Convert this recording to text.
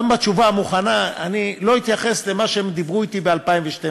גם בתשובה המוכנה אני לא אתייחס למה שהם דיברו אתי ב-2012.